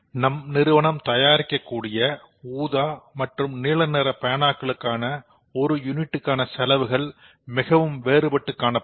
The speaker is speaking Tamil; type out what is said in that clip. நம் நிறுவனம் தயாரிக்க கூடிய ஊதா மற்றும் நீல நிற பேனாக்களுக்கான ஒரு யூனிட்டுக்கான செலவுகள் மிகவும் வேறுபட்டு ஒருகாணப்படும்